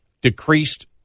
decreased